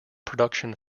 production